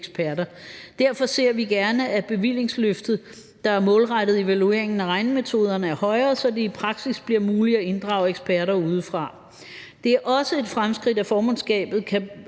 Derfor ser vi gerne, at bevillingsløftet, der er målrettet evalueringen af regnemetoderne, er højere, så det i praksis bliver muligt at inddrage eksperter udefra. Det er også et fremskridt, at formandskabet